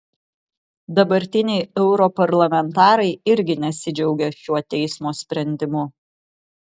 dabartiniai europarlamentarai irgi nesidžiaugė šiuo teismo sprendimu